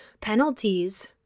Penalties